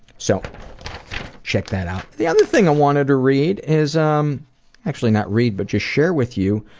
so check that out. the other thing i wanted to read is, um actually not read but just share with you.